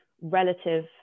relative